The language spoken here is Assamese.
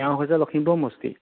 তেওঁ হৈছে লখিমপুৰ সমষ্টি